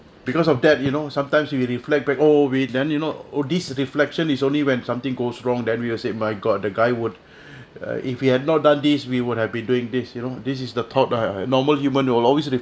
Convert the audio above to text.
because of that you know sometimes you reflect back oh we then you know oh this reflection is only when something goes wrong that we will said my god the guy would if he had not done these we would have been doing this you know this is the thought err normal human will always